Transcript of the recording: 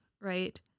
right